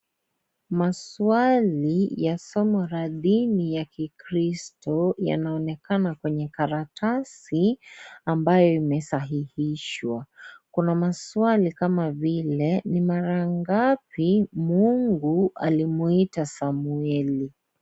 Maswali ya somo la dini ya kikristo yanaonekana, kwenye karatasi ambayo imesahihishwa kuna maswali kama vile ni mara ngapi mungu alimuita Samueli.